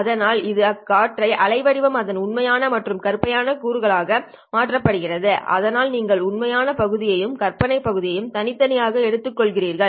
அதனால் இந்த அடிக்கற்றை அலைவடிவம் அதன் உண்மையான மற்றும் கற்பனையான கூறுகளாக மாற்றப்படுகிறது அதாவது நீங்கள் உண்மையான பகுதியையும் கற்பனை பகுதியையும் தனித்தனியாக எடுத்துக்கொள்கிறீர்கள்